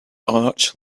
arch